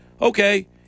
okay